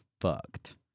fucked